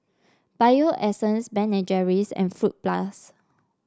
Bio Essence Ben and Jerry's and Fruit Plus